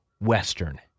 Western